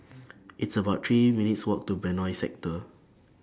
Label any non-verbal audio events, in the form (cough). (noise) It's about three minutes' Walk to Benoi Sector